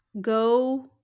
Go